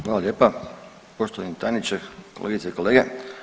Hvala lijepa, poštovani tajniče, kolegice i kolege.